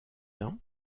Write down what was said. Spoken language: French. ans